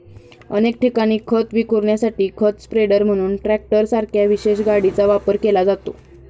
अनेक ठिकाणी खत विखुरण्यासाठी खत स्प्रेडर म्हणून ट्रॅक्टरसारख्या विशेष गाडीचा वापर केला जातो